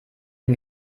den